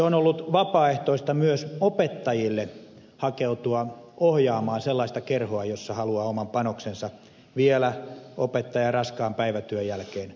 on ollut myös opettajalle vapaaehtoista hakeutua ohjaamaan sellaista kerhoa jossa haluaa oman panoksensa vielä opettajan raskaan päivätyön jälkeen tarjota